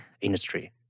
industry